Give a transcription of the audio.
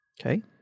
Okay